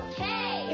Okay